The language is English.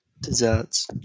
desserts